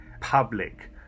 public